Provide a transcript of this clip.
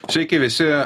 sveiki visi